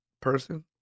person